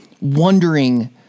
wondering